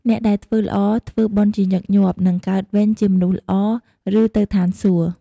អ្នកដែលធ្វើល្អធ្វើបុណ្យជាញឹកញាប់ នឹងកើតវិញជាមនុស្សល្អ ឬទៅឋានសួគ៍។